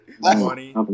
Money